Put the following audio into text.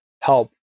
help